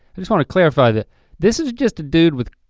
i just wanna clarify that this is just a dude with,